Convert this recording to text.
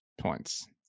points